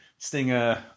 Stinger